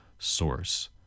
source